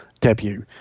debut